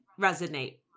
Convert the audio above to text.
resonate